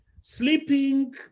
Sleeping